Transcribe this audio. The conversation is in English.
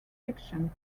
fiction